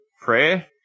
prayer